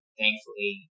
thankfully